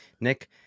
Nick